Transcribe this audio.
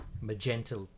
magenta